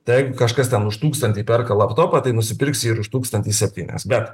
tai jeigu kažkas ten už tūkstantį perka laptopą tai nusipirks jį ir už tūkstantį septynias bet